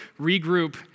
regroup